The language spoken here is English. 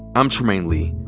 i'm trymaine lee,